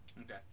Okay